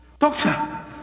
Doctor